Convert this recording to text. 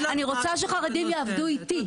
אני רוצה שחרדים יעבדו איתי,